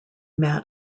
matt